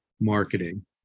marketing